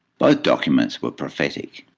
both documents were prophetic.